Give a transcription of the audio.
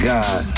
God